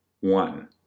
One